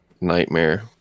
nightmare